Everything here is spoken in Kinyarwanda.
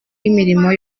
imirimo